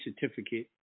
certificate